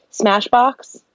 Smashbox